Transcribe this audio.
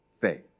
faith